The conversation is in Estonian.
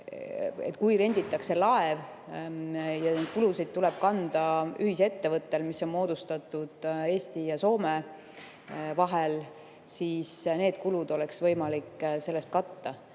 kui renditakse laev ja kulusid tuleb kanda ühisettevõttel, mis on moodustatud Eesti ja Soome vahel, siis need kulud oleks võimalik sellest katta.